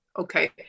Okay